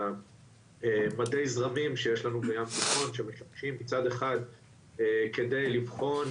מדי הזרמים שיש לנו בים התיכון מצד אחד כדי לבחון